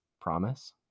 promise